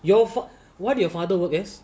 your fault what did your father work as